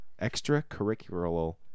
extracurricular